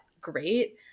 great